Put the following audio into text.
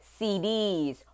cds